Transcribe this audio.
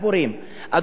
אדוני היושב-ראש,